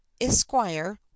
esquire